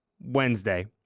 Wednesday